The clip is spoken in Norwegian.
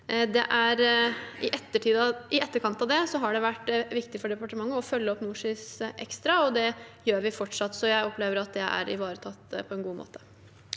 I etterkant av det har det vært viktig for departementet å følge opp NorSIS ekstra, og det gjør vi fortsatt, så jeg opplever at det er ivaretatt på en god måte.